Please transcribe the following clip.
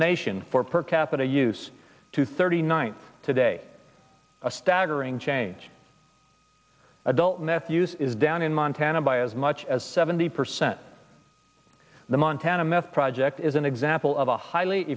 nation four per capita use to thirty nine today a staggering change adult meth use is down in montana by as much as seventy percent the montana meth project is an example of a highly